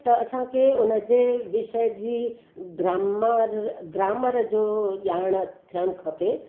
त असांखे उन जे विषय जी ग्रामर ग्रामर जो ॼाण थियणु खपे